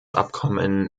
abkommen